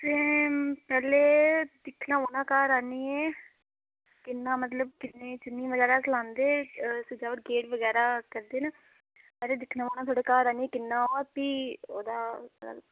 असें पैह्लें दिक्खने पौना घर आह्न्नियै कि'न्ना मतलब कि'न्नी चुन्नी बगैरा गलांदे सजावट गेट बगैरा करदे न पर ऐ दिक्खना पौना घर आह्न्निये कि'न्ना फ्ही ओह्दा अ